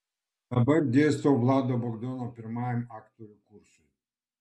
dabar dėstau vlado bagdono pirmajam aktorių kursui